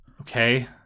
Okay